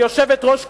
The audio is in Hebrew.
היא יושבת-ראש קדימה,